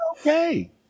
okay